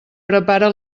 prepara